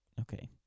okay